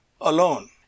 alone